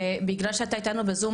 ובגלל שאתה איתנו בזום,